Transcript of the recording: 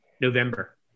November